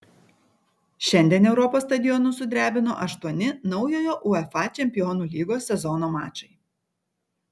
šiandien europos stadionus sudrebino aštuoni naujojo uefa čempionų lygos sezono mačai